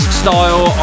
style